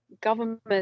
government